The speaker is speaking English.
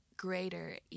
greater